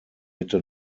mitte